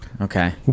Okay